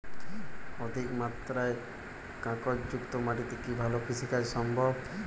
অধিকমাত্রায় কাঁকরযুক্ত মাটিতে কি ভালো কৃষিকাজ সম্ভব?